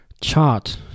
chart